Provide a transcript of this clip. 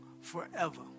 forever